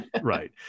right